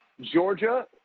Georgia